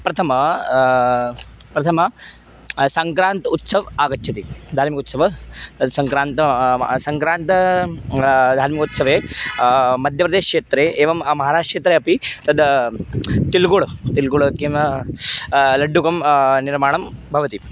प्रथमं प्रथमं सङ्क्रान्तः उत्सवः आगच्छति धार्मिकः उत्सवः तद् सङ्क्रान्तः सङ्क्रान्तः धार्मिकोत्सवे मध्यप्रदेशक्षेत्रे एवं महाराष्ट्रक्षेत्रे अपि तद् तेल्गोळ् तेल्गुळ किं लड्डुकः निर्माणं भवति